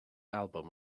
album